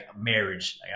marriage